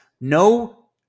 no